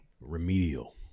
remedial